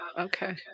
Okay